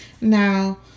Now